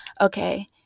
okay